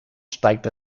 steigt